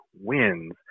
wins